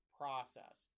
process